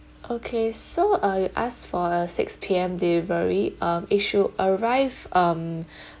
okay so uh you ask for a six P_M delivery um it should arrive um